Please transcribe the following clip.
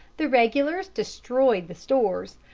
the regulars destroyed the stores,